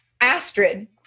Astrid